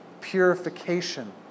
purification